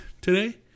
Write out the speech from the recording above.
today